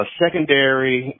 secondary